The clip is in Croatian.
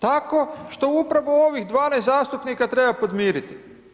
Tako što upravo ovih 12 zastupnika treba podmiriti.